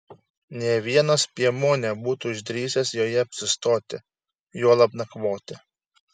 nė vienas piemuo nebūtų išdrįsęs joje apsistoti juolab nakvoti